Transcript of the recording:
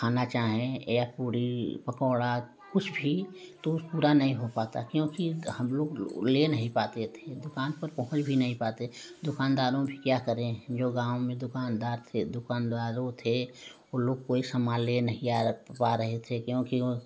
खाना चाहे या पूरी पकोड़ा कुछ भी तो पूरा नहीं हो पाता क्योंकि हम लोग ले नहीं पाते थे दुकान पर पहुँच भी नहीं पाते दुकानदारों भी क्या करते जो गाँव में दुकानदार दुकानदारों थे उ लोग कोई सामान ले नहीं पा रहे थे क्योंकि वह